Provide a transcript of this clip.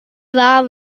warm